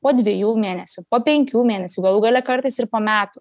po dviejų mėnesių po penkių mėnesių galų gale kartais ir po metų